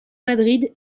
madrid